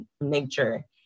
nature